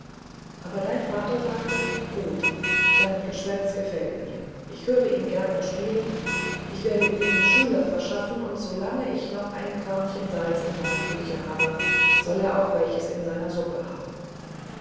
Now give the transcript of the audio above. verdient dein vater sagte gut sein geschwätz gefällt mir ich höre ihn gern spielen ich werde ihm schüler verschaffen und so lange ich noch ein körnchen salz in meiner küche habe soll er auch welches zu seiner suppe haben